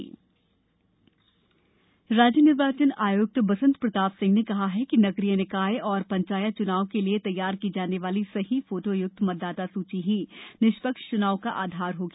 मतदाता सूची राज्य निर्वाचन आयुक्त बसंत प्रताप सिंह ने कहा है कि नगरीय निकाय और पंचायत चुनाव के लिये तैयार की जाने वाली सही फोटो युक्त मतदाता सूची ही निष्पक्ष चुनाव का आधार होगी